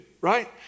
right